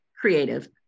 creative